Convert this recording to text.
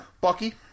Bucky